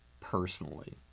personally